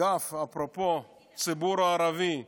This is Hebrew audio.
אפרופו הציבור הערבי,